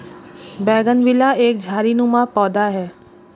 bougainvillea एक झाड़ीनुमा पौधा है